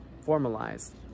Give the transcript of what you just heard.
formalized